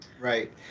Right